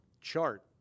chart